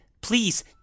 Please